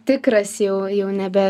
tikras jau jau nebe